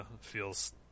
feels